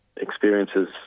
experiences